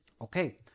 Okay